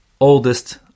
oldest